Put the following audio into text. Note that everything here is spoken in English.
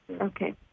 Okay